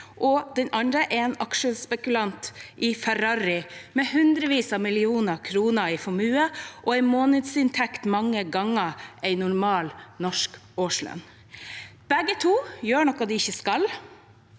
den andre er en aksjespekulant i en Ferrari, med hundrevis av millioner kroner i formue og en månedsinntekt som er mange ganger større enn en normal norsk årslønn. Begge gjør noe de ikke skal,